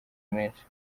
menshi